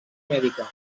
mèdica